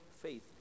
faith